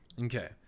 Okay